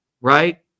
right